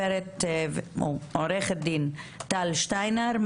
עו"ד טל שטיינר,